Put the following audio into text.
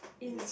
in